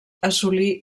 assolí